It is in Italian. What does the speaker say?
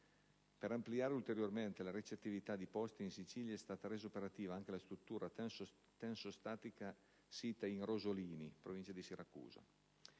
Per ampliare ulteriormente la recettività di posti in Sicilia è stata resa operativa anche la struttura tensostatica sita in Rosolini, in Provincia di Siracusa.